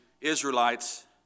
Israelites